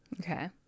Okay